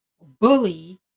bully